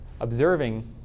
observing